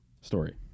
story